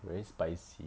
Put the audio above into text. very spicy